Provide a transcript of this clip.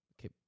Okay